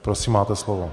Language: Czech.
Prosím, máte slovo.